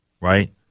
right